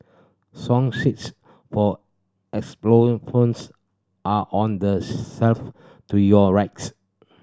song sheets for xylophones are on the shelf to your rights